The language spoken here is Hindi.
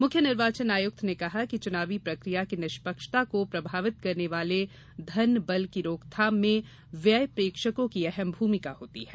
मुख्य निर्वाचन आयुक्त ने कहा कि चुनावी प्रक्रिया की निष्पक्षता को प्रभावित करने वाले धन बल की रोकथाम में व्यय प्रेक्षकों की अहम भूमिका होती है